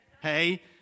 Hey